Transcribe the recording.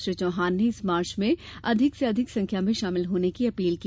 श्री चौहान ने इस मार्च में अधिक से अधिक संख्या में शामिल होने की अपील की